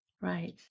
Right